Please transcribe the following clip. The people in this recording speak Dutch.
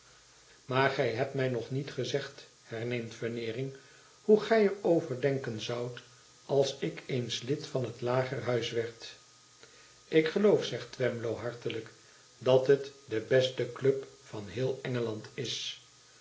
maar gij hebt mij nog niet gezegd herneemt veneering hoe gij er over denken zoudt als ik eens ud van het lagerhuis werd ik geloof zegt twemlow hartelijk idat het de beste club van heel engeland is